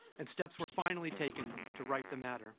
and steps were finally taken to right the matter